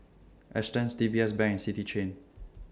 Astons D B S Bank City Chain